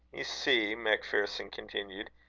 ye see, macpherson continued,